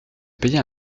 payer